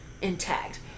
intact